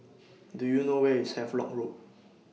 Do YOU know Where IS Havelock Road